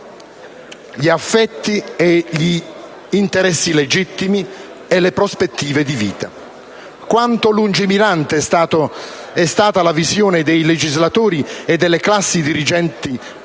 gli affetti, gli interessi legittimi e le prospettive di vita. Quanto lungimirante è stata la visione dei legislatori e delle classi dirigenti *post*